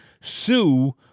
sue